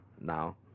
now